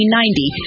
1990